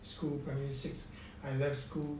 school primary six I left school